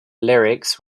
lyrics